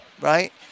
Right